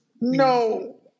No